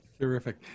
Terrific